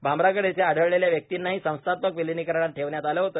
भामरागड येथे आढळलेल्या व्यक्तीलाही संस्थात्मक विलगीकरणात ठेवण्यात आले होते